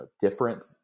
different